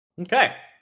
Okay